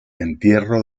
entierro